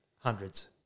hundreds